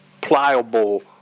pliable